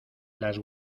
las